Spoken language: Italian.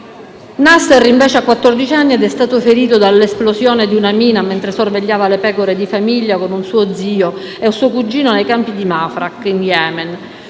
Nasser, invece, ha quattordici anni ed è stato ferito dall'esplosione di una mina mentre sorvegliava le pecore di famiglia con suo zio e suo cugino nei campi di Mafraq, in Yemen.